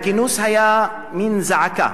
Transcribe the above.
הכינוס היה מין זעקה